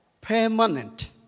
permanent